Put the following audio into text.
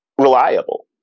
reliable